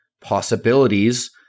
possibilities